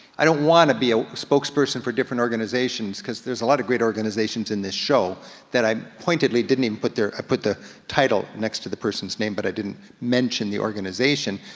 i don't wanna be a spokesperson for different organization, cause there's a lot of great organizations in this show that i pointedly didn't even put their, i put the title next to the person's name but i didn't mention the organization,